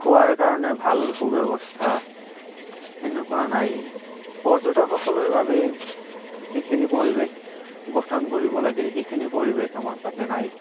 খোৱাৰ কাৰণে ভাল সু ব্যৱস্থা সেনেকুৱা নাই পৰ্যটকসকলৰ বাবে যিখিনি পৰিৱেশ গঠন কৰিব লাগে সেইখিনি পৰিৱেশ আমাৰ তাতে নাই